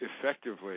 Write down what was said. effectively